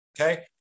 Okay